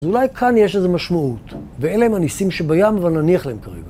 אולי כאן יש איזו משמעות, ואלה הם הניסים שבים, ונניח להם כרגע.